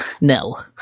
No